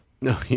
No